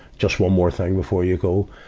just one more thing before you go.